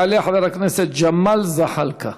יעלה חבר הכנסת ג'מאל זחאלקה.